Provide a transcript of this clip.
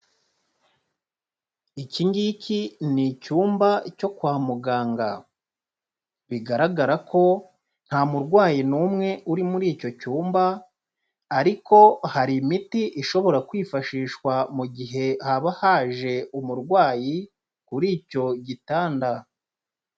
Iki ngiki ni icyumba cyo kwa muganga, bigaragara ko nta murwayi n'umwe uri muri icyo cyumba ariko hari imiti ishobora kwifashishwa mu gihe haba haje umurwayi kuri icyo gitanda.